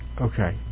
okay